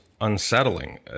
unsettling